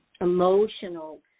emotional